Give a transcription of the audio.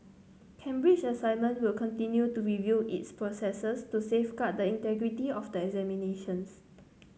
Cambridge Assessment will continue to review its processes to safeguard the integrity of the examinations